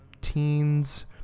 teens